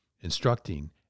instructing